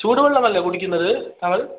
ചൂട് വെള്ളം അല്ലേ കുടിക്കുന്നത് താങ്കൾ